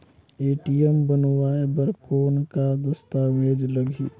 ATM बनवाय बर कौन का दस्तावेज लगही?